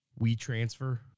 WeTransfer